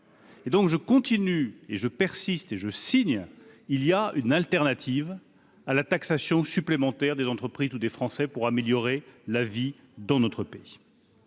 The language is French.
Et donc je continue et je persiste et je signe, il y a une alternative à la taxation supplémentaire des entreprises ou des Français pour améliorer la vie dans notre pays.